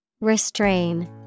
Restrain